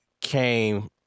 came